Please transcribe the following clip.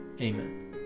amen